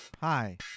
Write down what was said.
Hi